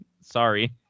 Sorry